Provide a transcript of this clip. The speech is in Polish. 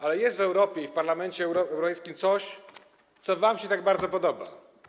Ale jest w Europie i w Parlamencie Europejskim coś, co wam się tak bardzo podoba.